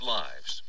lives